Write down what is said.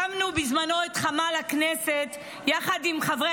הקמנו בזמנו את חמ"ל הכנסת יחד עם חברי